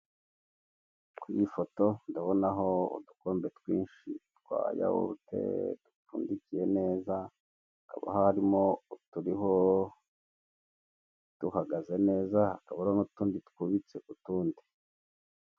Kuri iyi foto ndabonaho udukombe twinshi twa yahurute dupfundikiye neza, hakaba harimo uturiho duhagaze neza hakaba hariho n'utundi twubitse ku tundi.